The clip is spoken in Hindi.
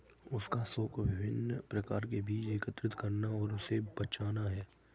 उसका शौक विभिन्न प्रकार के बीज एकत्र करना और उसे बचाना है